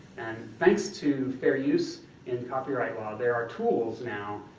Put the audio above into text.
and thanks to fair use in copyright law, there are tools, now,